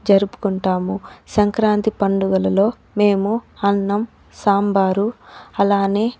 జరుపుకుంటాము సంక్రాంతి పండుగలలో మేము అన్నం సాంబారు అలానే